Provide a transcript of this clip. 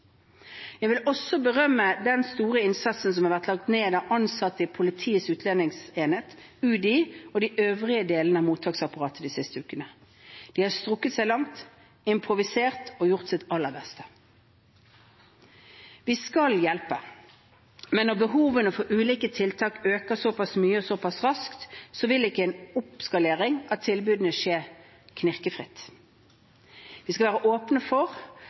Jeg vil også berømme den store innsatsen som har vært lagt ned av ansatte i Politiets utlendingsenhet, UDI og de øvrige delene av mottaksapparatet de siste ukene. De har strukket seg langt, improvisert og gjort sitt aller beste. Vi skal hjelpe. Men når behovene for ulike tiltak øker såpass mye og såpass raskt, vil ikke en oppskalering av tilbudene skje knirkefritt. Vi skal være åpne